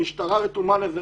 המשטרה רתומה לזה,